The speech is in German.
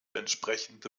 entsprechende